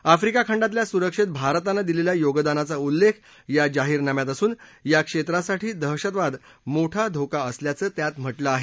Africa खंडातल्या सुरक्षेत भारतानं दिलेल्या योगदानाचा उल्लेख या जाहीरनाम्यात असून या क्षेत्रासाठी दहशतवाद मोठा धोका असल्याचं त्यात म्हटलं आहे